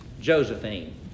Josephine